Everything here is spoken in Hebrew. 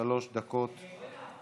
שלוש דקות לרשותך.